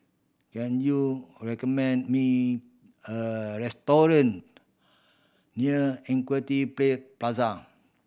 can you recommend me a restaurant near Equity Plaza